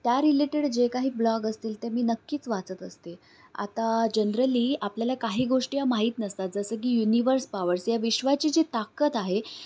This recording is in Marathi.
त्या रिलेटेड जे काही ब्लॉग असतील ते मी नक्कीच वाचत असते आता जनरली आपल्याला काही गोष्टी या माहीत नसतात जसं की युनिवर्स पॉवर्स या विश्वाची जी ताकद आहे